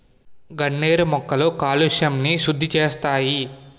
గన్నేరు మొక్కలు కాలుష్యంని సుద్దిసేస్తాయి